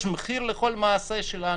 יש מחיר לכול מעשה שלנו,